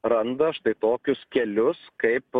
randa štai tokius kelius kaip